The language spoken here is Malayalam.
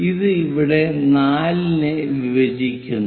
ഇത് ഇവിടെ 4 നെ വിഭജിക്കുന്നു